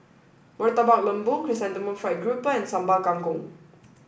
Murtabak Lembu Chrysanthemum Fried Grouper and Sambal Kangkong